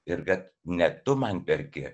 ir kad ne tu man perki